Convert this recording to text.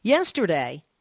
Yesterday